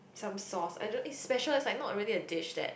some sauce I don't it's special like it's not really a dish that